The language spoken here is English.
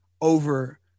over